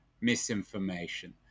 misinformation